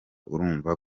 urumva